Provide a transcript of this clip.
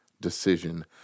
decision